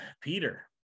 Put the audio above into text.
Peter